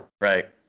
Right